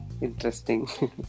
Interesting